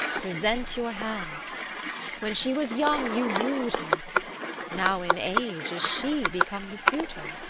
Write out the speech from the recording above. present your hand when she was young you woo'd her now in age is she become the suitor?